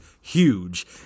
huge